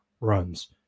runs